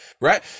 Right